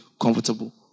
comfortable